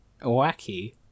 wacky